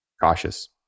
cautious